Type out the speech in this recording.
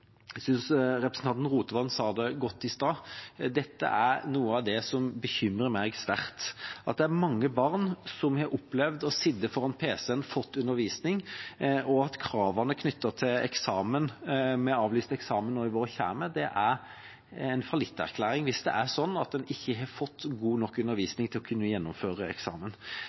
godt i stad. Dette er noe av det som bekymrer meg sterkt. Det er mange barn som har opplevd å ha sittet foran pc-en og fått undervisning, og at kravene knyttet til eksamen fører til avlyst eksamen nå i vår. Det er en fallitterklæring hvis det er sånn at en ikke har fått god nok undervisning til å kunne gjennomføre eksamen.